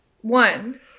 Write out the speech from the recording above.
One